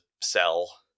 sell